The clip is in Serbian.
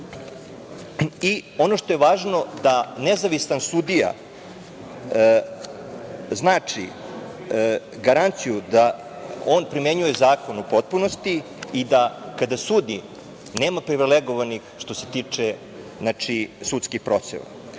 Ono što je važno da nezavisan sudija znači garanciju da on primenjuje zakon u potpunosti i da kada sudi nema privilegovanih što se tiče sudskih procena. Sa